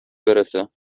برسه